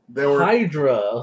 Hydra